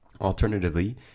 Alternatively